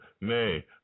Nay